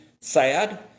sad